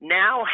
now